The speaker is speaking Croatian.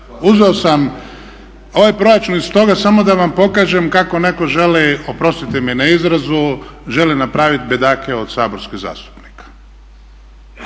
uzeo sam ovaj proračun iz toga samo da vam pokažem kako neko želi, oprostite mi na izrazu, želi napraviti bedake od saborskih zastupnika